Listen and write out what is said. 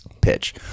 Pitch